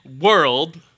world